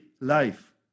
life